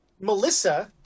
Melissa